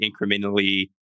incrementally